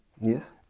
Yes